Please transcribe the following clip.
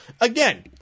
Again